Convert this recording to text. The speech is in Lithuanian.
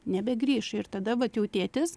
nebegrįš ir tada vat jau tėtis